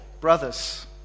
brothers